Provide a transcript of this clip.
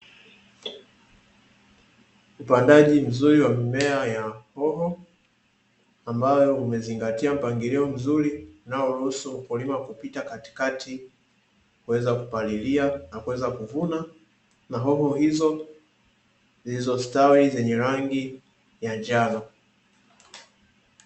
Upandaji mzuri wa mimea ya hoho, ambayo imezingatia mpangilio mzuri unaoruhusu. mkulima kupita katikati kuweza kupalilia na kuweza kuvuna, na hoho hizo zilizostawi zenye rangi ya njano.